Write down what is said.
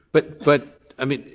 but but i mean,